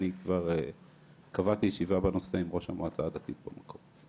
אני כבר קבעתי ישיבה בנושא עם ראש המועצה הדתית במקום.